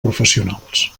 professionals